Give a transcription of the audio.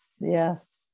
yes